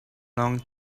long